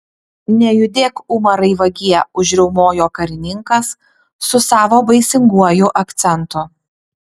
nejudėk umarai vagie užriaumojo karininkas su savo baisinguoju akcentu